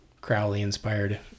Crowley-inspired